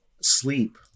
sleep